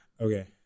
Okay